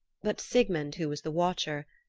but sigmund, who was the watcher,